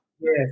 Yes